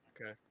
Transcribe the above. Okay